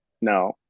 no